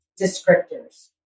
descriptors